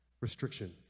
Restriction